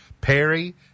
Perry